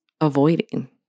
avoiding